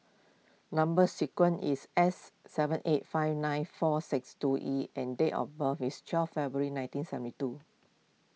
Number Sequence is S seven eight five nine four six two E and date of birth is twelve February nineteen seventy two